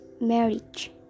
marriage